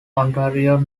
ontario